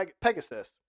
Pegasus